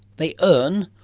they earn,